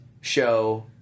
show